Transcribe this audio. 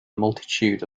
multitude